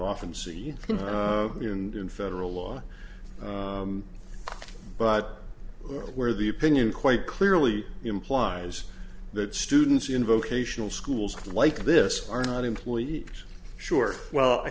often see in federal law but where the opinion quite clearly implies that students in vocational schools like this are not employee sure well i